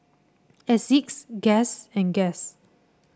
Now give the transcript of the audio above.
Asics Guess and Guess